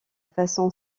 façon